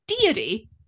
deity